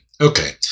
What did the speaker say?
Okay